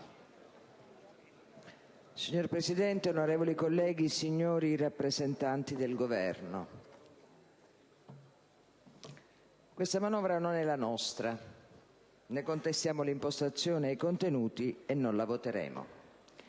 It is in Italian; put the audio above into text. Signor Presidente, onorevoli colleghi, signori rappresentanti del Governo, questa manovra non è la nostra. Ne contestiamo l'impostazione ed i contenuti e non la voteremo.